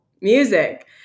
music